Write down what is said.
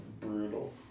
brutal